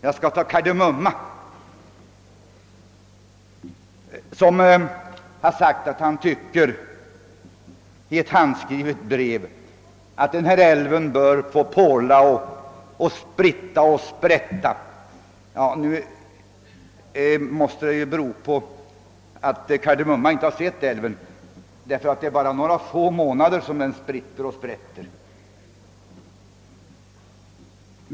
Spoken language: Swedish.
Kar de Mumma har i ett handskrivet brev sagt att han tycker att den här älven bör få porla och spritta och sprätta.